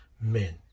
men